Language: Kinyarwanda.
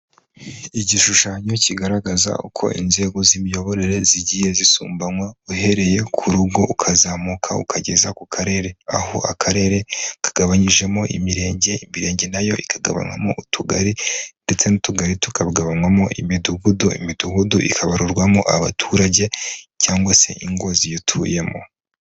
Igishushanyo kigaragaza uko inzego z'imiyoborere zigiye zisumbanywa uhereye ku rugo ukazamuka ukageza ku karere, aho akarere kagabanyijemo imirenge, imirenge n'ayo ikagabanywamo utugari ndetse n'utugari tukagabanywamo, imidugudu imidugudu ikabarurwamo abaturage cyangwa se ingo ziyituyemo.